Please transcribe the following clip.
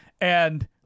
And-